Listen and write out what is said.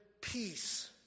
peace